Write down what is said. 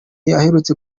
aherutse